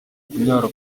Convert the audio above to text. kunyara